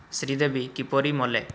ଶ୍ରୀଦେବୀ କିପରି ମଲେ